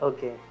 Okay